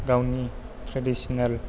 गावनि थ्रेदिसोनेल